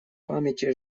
памяти